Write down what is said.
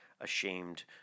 ashamed